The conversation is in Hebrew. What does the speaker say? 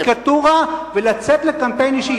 מאפשר לצייר קריקטורה ולצאת לקמפיין אישי,